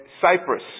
Cyprus